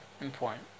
important